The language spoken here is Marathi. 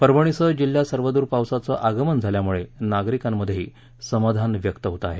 परभणीसह जिल्ह्यात सर्व दूर पावसाचे आगमन झाल्यामुळे नागरिकांतही समाधान व्यक्त होत आहे